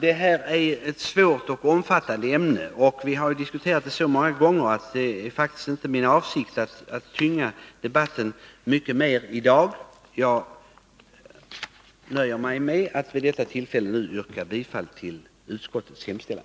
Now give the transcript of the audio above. Det här ämnet är både svårt och omfattande. Vi har också diskuterat det så många gånger att det inte är min avsikt att ytterligare förlänga debatten i dag. Jag nöjer mig därför med att vid detta tillfälle yrka Nr 118